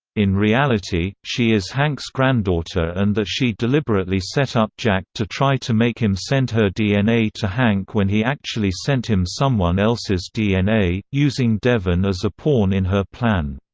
in reality, she is hank's granddaughter and that she deliberately set up jack to try to make him send her dna to hank when he actually sent him someone else's dna, using devon as a pawn in her plan.